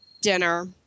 dinner